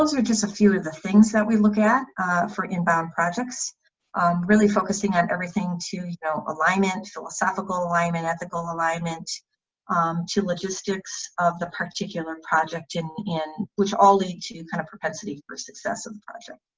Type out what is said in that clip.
those are just a few of the things that we look at for inbound projects really focusing on everything to you know alignment, philosophical alignment, ethical alignment um to logistics of the particular project in in which all lead to kind of propensity for success of the project.